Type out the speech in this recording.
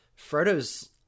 Frodo's